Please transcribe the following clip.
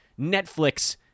Netflix